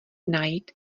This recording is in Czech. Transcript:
najít